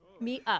Meetup